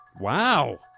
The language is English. Wow